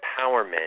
empowerment